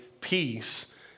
peace